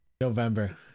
November